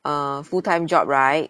a full time job right